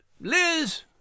Liz